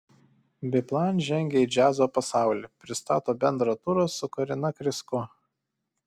biplan žengia į džiazo pasaulį pristato bendrą turą su karina krysko